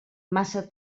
massa